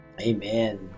amen